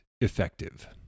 effective